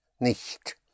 Nicht